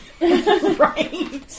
Right